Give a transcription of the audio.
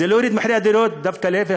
זה לא יוריד את מחירי הדירות אלא דווקא להפך,